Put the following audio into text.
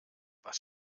was